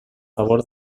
favor